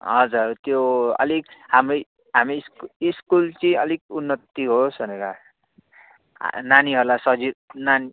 हजुर त्यो अलिक हाम्रो हामी स्कु स्कुल चाहिँ अलिक उन्नति होस् भनेर नानीहरूलाई सजिलो नान